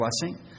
blessing